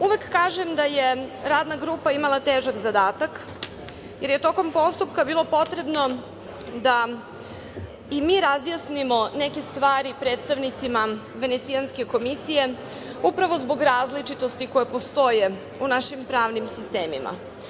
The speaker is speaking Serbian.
Uvek kažem da je Radna grupa imala težak zadatak, jer je tokom postupka bilo potrebno da i mi razjasnimo neke stvari predstavnicima Venecijanske komisije, upravo zbog različitosti koje postoje u našim pravnim sistemima.